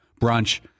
brunch